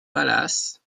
palace